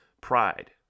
pride